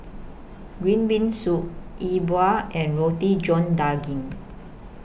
Green Bean Soup E Bua and Roti John Daging